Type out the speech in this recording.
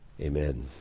Amen